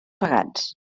pagats